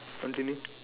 continue